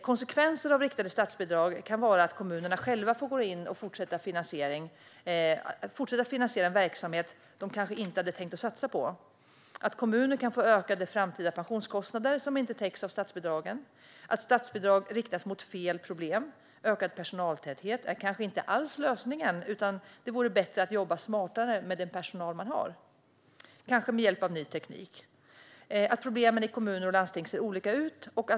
Konsekvenser av de riktade statsbidragen kan vara att kommunerna själva får gå in och fortsätta finansiera en verksamhet som de kanske inte hade tänkt att satsa på, att kommuner kan få ökade framtida pensionskostnader som inte täcks av statsbidragen och att statsbidrag riktas mot fel problem. Ökad personaltäthet är kanske inte alls lösningen, utan det vore bättre att jobba smartare med den personal man har, kanske med hjälp av ny teknik. Problemen i kommuner och landsting ser olika ut.